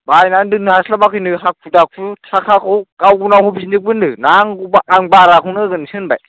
बायनानै दोननो हास्लाबाखैनो हाखु दाखु ताकाखौ गाव उनाव होफिनजोबगोननो नांगौबा आं बाराखौनो होगोनसो होनबाय